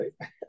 right